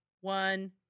one